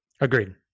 Agreed